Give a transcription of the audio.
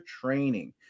training